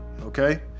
okay